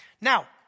Now